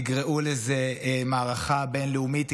תקראו לזה מערכה בין-לאומית,